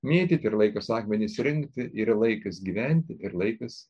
mėtyti ir laikas akmenis rinkti yra laikas gyventi ir laikas